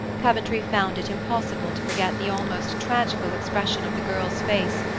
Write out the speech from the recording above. coventry found it impossible to forget the almost tragical expression of the girl's face,